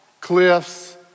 cliffs